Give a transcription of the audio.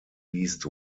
least